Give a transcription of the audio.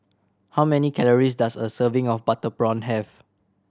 how many calories does a serving of butter prawn have